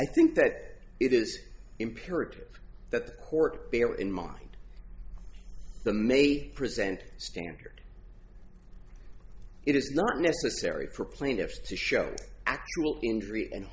i think that it is imperative that the court bear in mind the may present standard it is not necessary for plaintiffs to show a